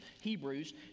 Hebrews